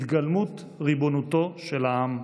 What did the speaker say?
התגלמות ריבונותו של העם.